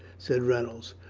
said reynolds.